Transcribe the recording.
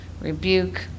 rebuke